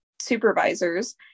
supervisors